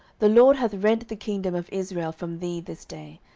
the lord hath rent the kingdom of israel from thee this day,